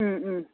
ꯎꯝ ꯎꯝ